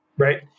right